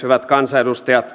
hyvät kansanedustajat